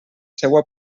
seua